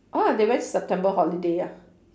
!wah! they went september holiday ah